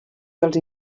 dels